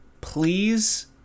please